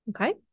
Okay